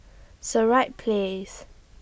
Sirat Place